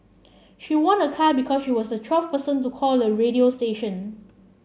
she won a car because she was the twelfth person to call the radio station